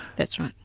that's right.